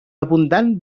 abundant